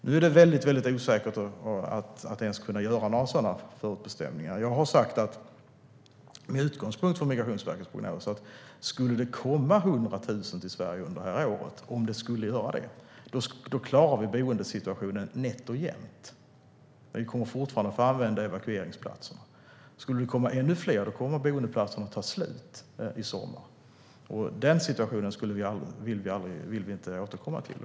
Nu är det väldigt osäkert om det ens går att göra några sådana förutbestämningar. Jag har sagt, med utgångspunkt från Migrationsverkets prognos, att om det skulle komma 100 000 till Sverige under året klarar vi boendesituationen nätt och jämnt. Men vi kommer fortfarande att få använda evakueringsplatser. Skulle det komma ännu fler kommer boendeplatserna att ta slut i sommar. Den situationen vill vi inte återkomma till.